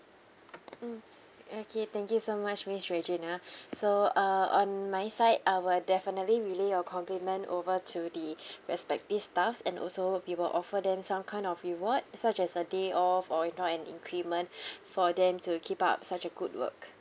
mm okay thank you so much miss regina so uh on my side I will definitely relay your compliment over to the respective staffs and also we will offer them some kind of reward such as a day off or if not an increment for them to keep up such a good work